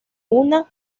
una